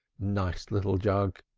nice little jug!